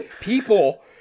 People